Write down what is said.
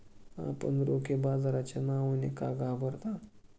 आपण रोखे बाजाराच्या नावाने का घाबरता?